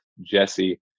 Jesse